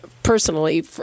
personally